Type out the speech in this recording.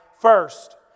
first